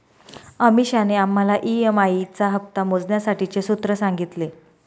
अमीषाने आम्हाला ई.एम.आई चा हप्ता मोजण्यासाठीचे सूत्र सांगितले